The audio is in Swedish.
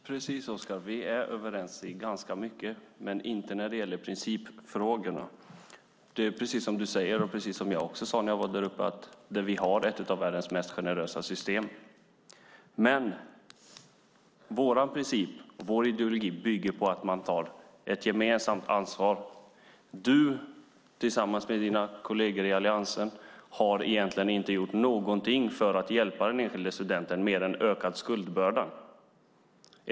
Herr talman! Vi är överens om ganska mycket, men inte när det gäller principfrågorna. Det är precis som både Oskar Öholm och jag har sagt att vi har ett av världens mest generösa system. Men vår princip och ideologi bygger på att man tar ett gemensamt ansvar. Du tillsammans med dina kolleger i Alliansen har egentligen inte gjort någonting för att hjälpa den enskilda studenten mer än att ge en ökad skuldbörda.